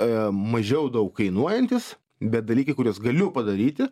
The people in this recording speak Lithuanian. a mažiau daug kainuojantys bet dalykai kuriuos galiu padaryti